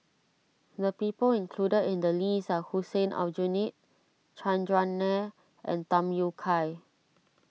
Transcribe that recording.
the people included in the list are Hussein Aljunied Chandran Nair and Tham Yui Kai